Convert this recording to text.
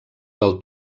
del